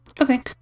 Okay